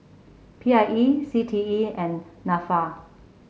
P I E C T E and NAFA